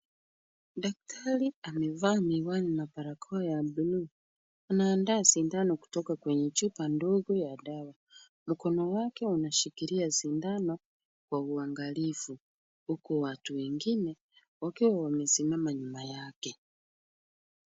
Daktari amevaa miwani na barakoa ya bluu. Anaandaa sindano kutoka kwenye chupa ndogo ya dawa, na kona wake unashikilia sindano kwa uangalifu. Huku watu wengine wakiwa wame simama nyuma yake.